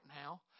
now